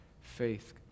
faith